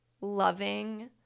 loving